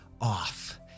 off